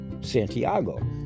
Santiago